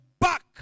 back